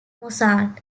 mozart